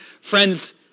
Friends